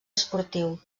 esportiu